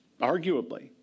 arguably